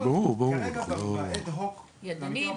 אבל כרגע באד הוק --- ידני,